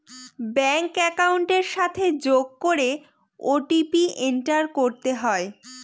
bank একাউন্টের সাথে যোগ করে ও.টি.পি এন্টার করতে হয়